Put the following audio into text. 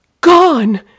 Gone